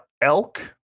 elk